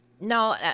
no